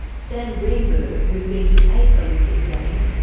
stan greenberg, who has been to eight olympic games,